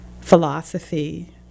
philosophy